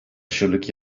aşırılık